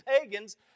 pagans